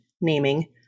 naming